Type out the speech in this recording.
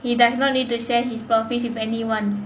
he does not need to share his profits with anyone